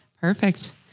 Perfect